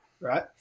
Right